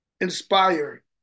inspire